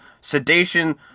sedation